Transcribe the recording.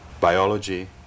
biology